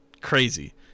Crazy